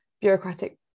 bureaucratic